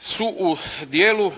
su u dijelu